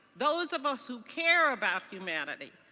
those of us who care about humanity,